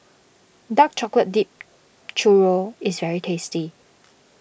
Dark Chocolate Dipped Churro is very tasty